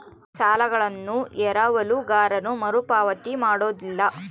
ಸಾಲಗಳನ್ನು ಎರವಲುಗಾರನು ಮರುಪಾವತಿ ಮಾಡೋದಿಲ್ಲ